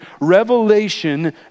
Revelation